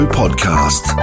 podcast